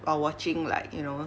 while watching like you know